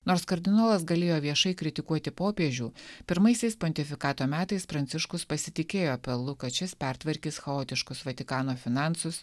nors kardinolas galėjo viešai kritikuoti popiežių pirmaisiais pontifikato metais pranciškus pasitikėjo pelu kad šis pertvarkys chaotiškus vatikano finansus